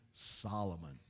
Solomon